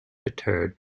deter